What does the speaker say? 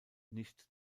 nicht